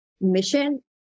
mission